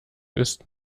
ist